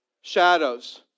Shadows